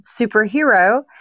superhero